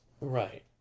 Right